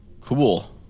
Cool